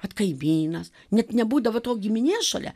vat kaimynas net nebūdavo to giminės šalia